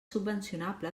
subvencionable